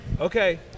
Okay